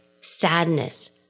sadness